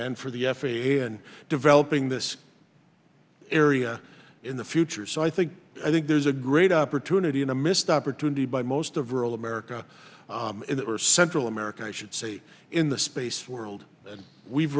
and for the f a a and developing this area in the future so i think i think there's a great opportunity in a missed opportunity by most of rural america or central america i should say in the space world we've